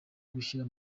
gushyira